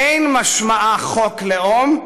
אין משמעה חוק לאום,